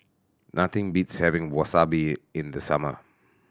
nothing beats having Wasabi in the summer